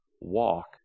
walk